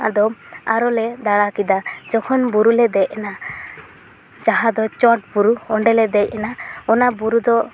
ᱟᱫᱚ ᱟᱨᱚ ᱞᱮ ᱫᱟᱸᱲᱟ ᱠᱮᱫᱟ ᱡᱚᱠᱷᱚᱱ ᱵᱩᱨᱩ ᱞᱮ ᱫᱮᱡᱽ ᱮᱱᱟ ᱡᱟᱦᱟᱸ ᱫᱚ ᱪᱚᱴ ᱵᱩᱨᱩ ᱚᱸᱰᱮᱞᱮ ᱫᱮᱡ ᱮᱱᱟ ᱚᱱᱟ ᱵᱩᱨᱩ ᱫᱚ